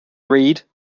read